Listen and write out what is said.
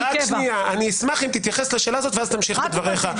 מני מזוז --- של מיארה,